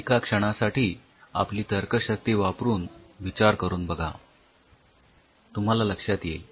एका क्षणासाठी आपली तर्कशक्ती वापरून विचार करून बघा तुम्हाला लक्षात येईल